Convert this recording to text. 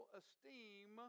esteem